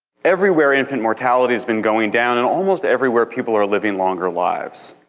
everywhere infant mortality has been going down, and almost everywhere people are living longer lives.